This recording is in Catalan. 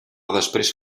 després